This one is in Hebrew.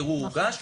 הערעור הוגש,